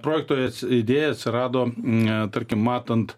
projekto idėja atsirado tarkim matant